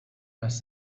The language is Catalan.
les